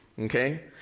okay